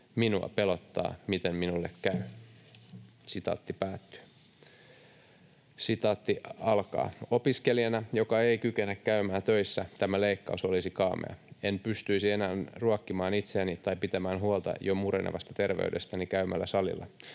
minua pelottaa, miten minulle käy.” ”Opiskelijana, joka ei kykene käymään töissä, tämä leikkaus olisi kaamea. En pystyisi enää ruokkimaan itseäni tai pitämään huolta jo murenevasta terveydestäni käymällä salilla.